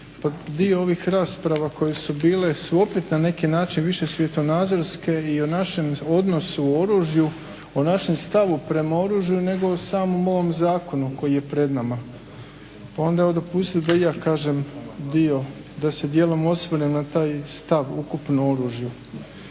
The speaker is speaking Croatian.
dio ovih rasprava koje su bile su opet na neki način više svjetonazorske i o našem odnosu prema oružju, o našem stavu prema oružju nego o samom zakonu koji je pred nama. Pa onda evo dopustite da i ja kažem dio, da se dijelom osvrnem na taj stav ukupno o oružju.